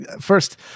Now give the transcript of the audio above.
first